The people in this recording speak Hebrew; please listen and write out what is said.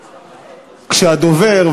כשהדובר,